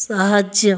ସାହାଯ୍ୟ